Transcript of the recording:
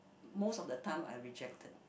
most of the time I rejected